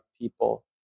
people